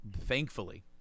thankfully